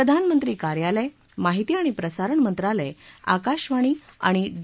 प्रधानमंत्री कार्यालय माहिती आणि प्रसारण मंत्रालय आकाशवाणी आणि डी